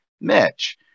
Mitch